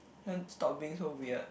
then stop being so weird